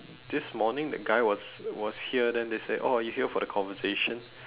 this morning that guy was was here then they said oh are you here for the conversation